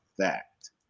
fact